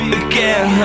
again